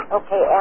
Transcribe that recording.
okay